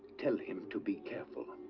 tell him to be careful.